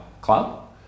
club